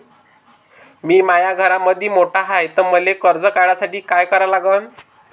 मी माया घरामंदी मोठा हाय त मले कर्ज काढासाठी काय करा लागन?